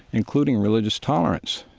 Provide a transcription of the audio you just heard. including religious tolerance,